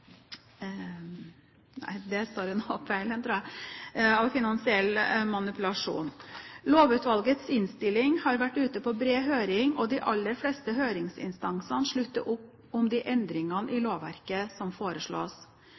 Lovutvalgets innstilling har vært ute på bred høring, og de aller fleste høringsinstansene slutter opp om de endringene i lovverket som foreslås.